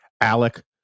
Alec